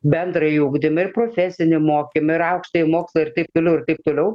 bendrąjį ugdymą ir profesinį mokymą ir aukštąjį mokslą ir taip toliau ir taip toliau